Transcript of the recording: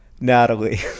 Natalie